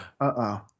Uh-oh